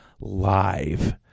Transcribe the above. live